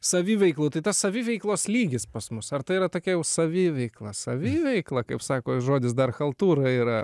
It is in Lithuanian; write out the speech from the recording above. saviveikla tai tas saviveiklos lygis pas mus ar tai yra tokia jau saviveikla saviveikla kaip sako žodis dar chaltūra yra